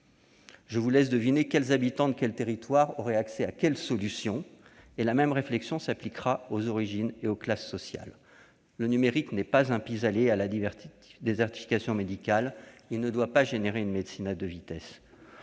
Je vous laisse deviner quels habitants de quels territoires auraient accès à telle ou telle solution. La même interrogation s'applique aux origines et aux classes sociales. Le numérique n'est pas un pis-aller à la désertification médicale. Il ne doit pas être à l'origine d'une médecine à deux vitesses.